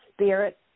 spirit